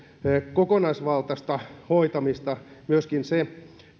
kokonaisvaltaista hoitamista myöskin se